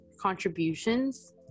contributions